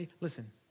Listen